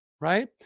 right